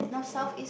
um